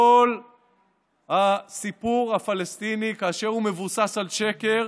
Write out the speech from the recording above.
כל הסיפור הפלסטיני, כאשר הוא מבוסס על שקר